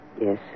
Yes